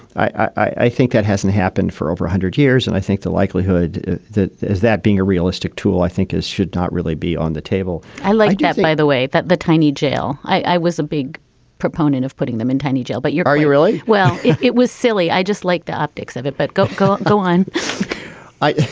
i i think that hasn't happened for over a hundred years. and i think the likelihood is that being a realistic tool, i think is should not really be on the table i like that, by the way, that the tiny jail i was a big proponent of putting them in tiny jail. but you're are you really? well, yeah it was silly. i just like the optics of it. but go, go, go on